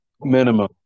minimum